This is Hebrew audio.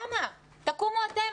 תקומו אתם,